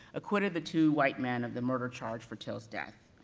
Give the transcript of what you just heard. acquitted the two white men of the murder charge for till's death,